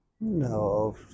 No